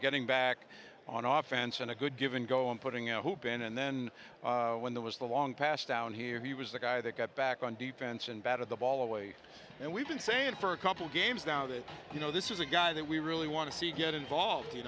getting back on off fence and a good given go in putting open and then when there was the long past down here he was the guy that got back on defense and batted the ball away and we've been saying for a couple games now that you know this is a guy that we really want to see get involved you